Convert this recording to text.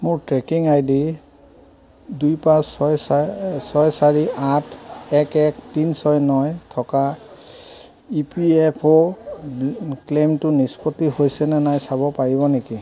মোৰ tracking I D দুই পাঁচ ছয় ছয় ছয় চাৰি আঠ এক এক তিনি ছয় ন থকা ই পি এফ অ' ক্লেইমটো নিষ্পত্তি হৈছে নে নাই চাব পাৰিব নেকি